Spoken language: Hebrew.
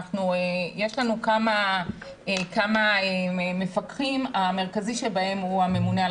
יש לנו כמה מפקחים כאשר המרכזי בהם הוא הממונה על